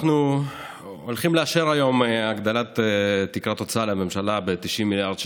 אנחנו הולכים לאשר היום את הגדלת תקרת הוצאה לממשלה ב-90 מיליארד שקל,